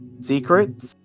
secrets